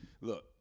look